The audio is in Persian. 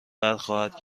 برخواهد